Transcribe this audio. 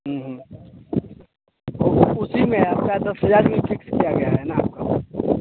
उसीमें आपका दस हज़ार भी फ़िक्स किया गया है ना आपका